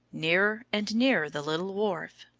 nearer and nearer the little wharf.